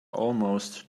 almost